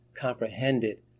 comprehended